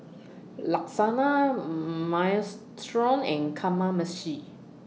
Lasagna Minestrone and Kamameshi